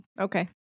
Okay